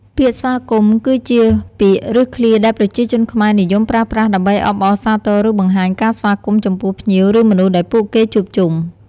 ពាក្យស្វាគមន៍គឺជាពាក្យឬឃ្លាដែលប្រជាជនខ្មែរនិយមប្រើប្រាស់ដើម្បីអបអរសាទរ ឬបង្ហាញការស្វាគមន៍ចំពោះភ្ញៀវ ឬមនុស្សដែលពួកគេជួបជុំ។